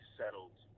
settled